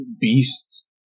beasts